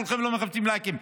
כולכם לא מחפשים לייקים.